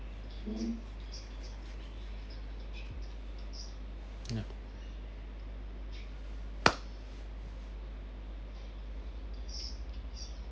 yup